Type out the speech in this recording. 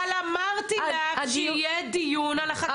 אבל אמרתי לך שיהיה דיון על החקיקה, מה את רוצה?